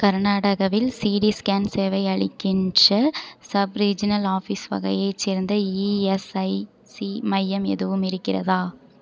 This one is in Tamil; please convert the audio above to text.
கர்நாடகாவில் சிடி ஸ்கேன் சேவை அளிக்கின்ற சப் ரீஜினல் ஆஃபீஸ் வகையைச் சேர்ந்த இஎஸ்ஐசி மையம் எதுவும் இருக்கிறதா